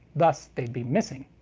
thus they'd be missing.